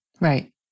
Right